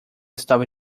estava